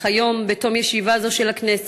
אך היום, בתום ישיבה זו של הכנסת,